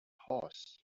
horse